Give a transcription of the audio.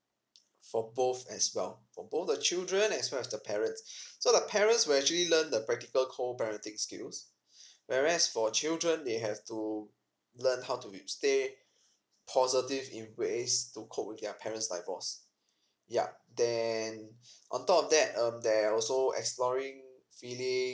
for both as well for both the children as well as the parents so the parents will actually learn the practical co parenting skills whereas for children they have to learn how to be stay positive in ways to cope with their parents divorce yup then on top of that um there also exploring feeling